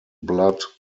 blood